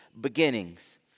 beginnings